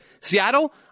Seattle